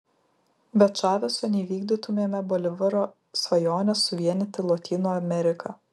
be čaveso neįvykdytumėme bolivaro svajonės suvienyti lotynų ameriką